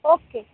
okay